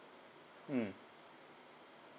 mm